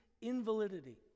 invalidity